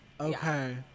Okay